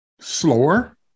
slower